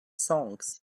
songs